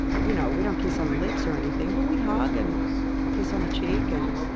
you know, we don't kiss on the lips or anything. but we hug and kiss on the cheek. and